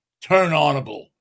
turn-onable